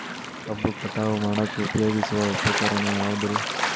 ಕಬ್ಬು ಕಟಾವು ಮಾಡಾಕ ಉಪಯೋಗಿಸುವ ಉಪಕರಣ ಯಾವುದರೇ?